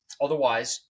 Otherwise